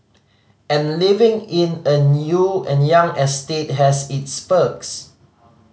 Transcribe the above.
and living in a new and young estate has its perks